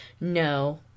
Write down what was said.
No